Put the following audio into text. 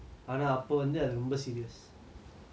okay okay I say first